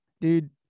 dude